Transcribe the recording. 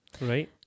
Right